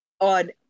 on